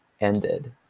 ended